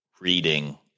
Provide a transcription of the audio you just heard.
reading